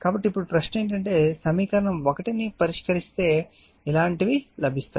కాబట్టి ఇప్పుడు ప్రశ్న ఏమిటంటే సమీకరణం 1 ని పరిష్కరిస్తే ఇలాంటివి లభిస్తాయి